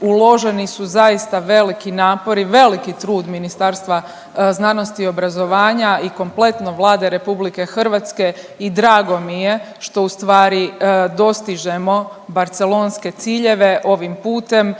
uloženi su zaista veliki napori, veliki trud Ministarstva znanosti i obrazovanja i kompletno Vlade RH i drago mi je što ustvari dostižemo Barcelonske ciljeve ovim putem